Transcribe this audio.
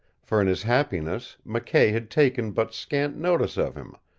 for in his happiness mckay had taken but scant notice of him,